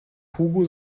hugo